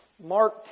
Mark